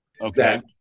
Okay